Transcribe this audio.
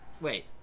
Wait